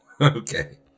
Okay